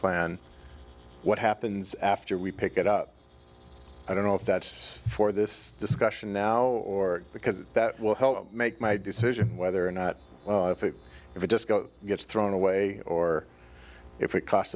plan what happens after we pick it up i don't know if that's for this discussion now or because that will help make my decision whether or not it just gets thrown away or if it cost